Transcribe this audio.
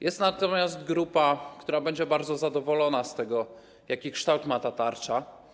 Jest natomiast grupa, która będzie bardzo zadowolona z tego, jaki kształt ma ta tarcza.